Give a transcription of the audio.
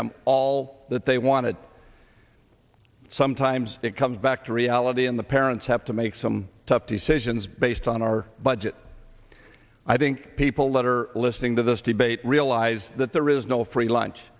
them all that they wanted sometimes it comes back to reality in the parents have to make some tough decisions based on our budget i think people that are listening to this debate realize that there is no free lunch